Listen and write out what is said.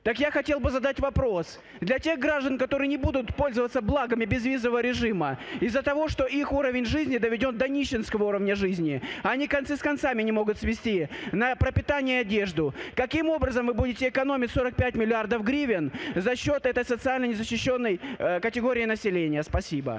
Так я хотел бы задать вопрос. Для тех граждан, которые не будут пользоваться благами безвизового режима из-за того, что их уровень жизни доведен до нищенского уровня жизни, они концы с концами не могут свести, на пропитание и одежду. Каким образом вы будете экономить 45 миллиардов гривен за счет этой социально незащищенной категории населения?